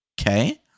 Okay